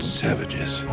savages